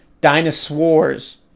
Dinosaurs